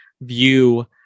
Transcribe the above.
view